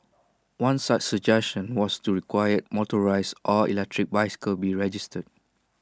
one such suggestion was to require motorised or electric bicycles be registered